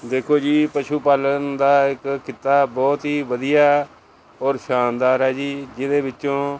ਦੇਖੋ ਜੀ ਪਸ਼ੂ ਪਾਲਣ ਦਾ ਇੱਕ ਕਿੱਤਾ ਬਹੁਤ ਹੀ ਵਧੀਆ ਔਰ ਸ਼ਾਨਦਾਰ ਹੈ ਜੀ ਜਿਹਦੇ ਵਿੱਚੋਂ